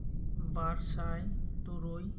ᱵᱟᱨᱥᱟᱭ ᱛᱩᱨᱩᱭ